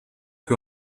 que